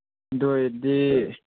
ꯑꯗꯨ ꯑꯣꯏꯔꯗꯤ